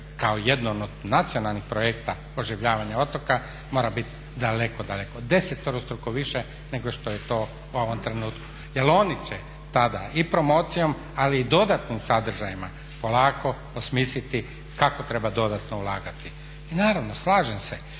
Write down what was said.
kao jedan od nacionalnih projekata oživljavanja otoka mora biti daleko, daleko, desetorostruko više nego što je to u ovom trenutku. Jer oni će tada i promocijom ali i dodatnim sadržajima polako osmisliti kako treba dodatno ulagati. I naravno, slažem se,